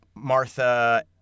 Martha